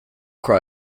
cry